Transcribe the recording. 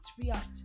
react